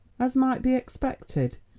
as might be expected,